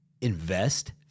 invest